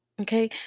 Okay